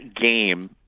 game